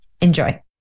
Enjoy